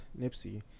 Nipsey